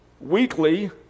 Weekly